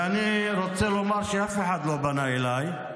ואני רוצה לומר שאף אחד לא פנה אליי,